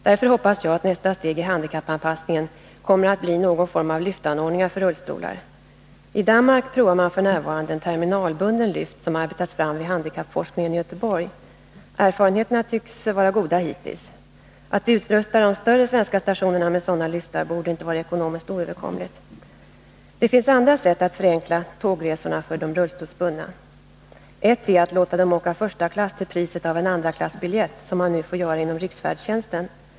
Därför hoppas jag att nästa steg i handikappanpassningen kommer att bli någon form av lyftanordningar för rullstolar. I Danmark prövas en terminalbunden lyft som arbetats fram vid handikappforskningen i Göteborg. Erfarenheterna hittills tycks vara goda. Att utrusta de större svenska stationerna med sådana lyftar borde inte vara ekonomiskt oöverkomligt. Det finns andra sätt att förenkla tågresorna för de rullstolsbundna. Ett är att låta dem åka första klass till priset av en andraklassbiljett, som man nu får göra inom riksfärdtjänsten.